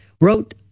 wrote